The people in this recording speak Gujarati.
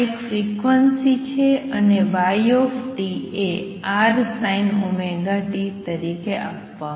આ એક ફ્રિક્વન્સી છે અને y એ Rsinωt તરીકે આપવામાં આવશે